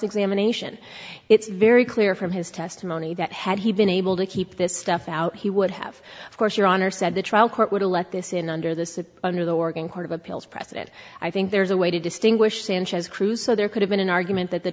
examination it's very clear from his testimony that had he been able to keep this stuff out he would have of course your honor said the trial court would have let this in under this under the oregon court of appeals precedent i think there's a way to distinguish sanchez crew so there could have been an argument that the